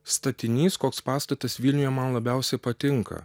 statinys koks pastatas vilniuje man labiausiai patinka